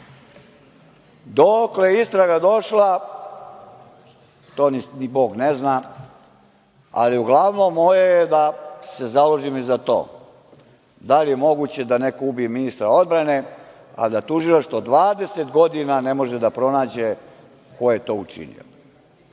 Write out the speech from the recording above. je istraga došla, to ni Bog ne zna, ali moje je da se založim i za to. Da li je moguće da neko ubije ministra odbrane, a da tužilaštvo 20 godina ne može da pronađe ko je to učinio? Imamo